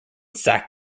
sacked